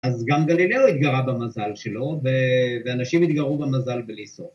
‫אז גם גלילאו התגרה במזל שלו, ‫ואנשים התגרו במזל בלי סוף.